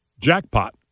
jackpot